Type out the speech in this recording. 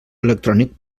electrònic